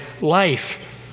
life